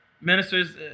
ministers